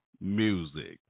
music